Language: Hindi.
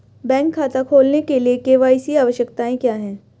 बैंक खाता खोलने के लिए के.वाई.सी आवश्यकताएं क्या हैं?